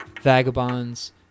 vagabonds